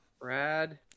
Brad